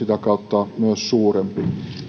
sitä kautta myös suurempi